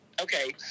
okay